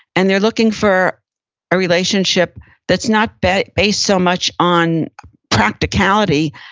and they're looking for a relationship that's not but based so much on practicality.